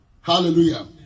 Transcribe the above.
Hallelujah